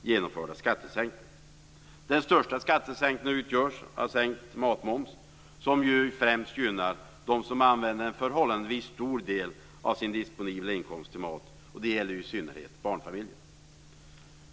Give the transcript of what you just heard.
Genomförda skattesänkningar har finansierats. Den största skattesänkningen utgörs av sänkt matmoms, som främst gynnar dem som använder en förhållandevis stor del av sin disponibla inkomst till mat. Det gäller i synnerhet barnfamiljer.